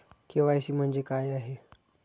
KYC म्हणजे काय आहे?